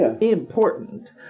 important